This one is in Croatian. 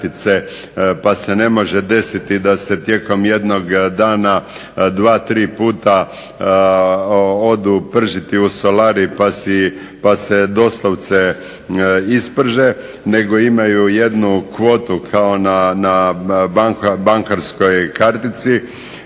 pa se ne može desiti da se tijekom jednog dana dva, tri puta odu pržiti u solarij pa se doslovce isprže nego imaju jednu kvotu kao na bankarskoj kartici.